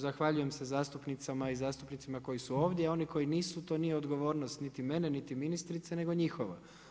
Zahvaljujem se zastupnicama i zastupnicima koju su ovdje, oni koji nisu, to nije odgovornost niti mene niti ministrice, nego njihova.